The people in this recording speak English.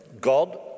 God